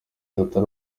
atari